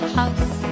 house